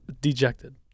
dejected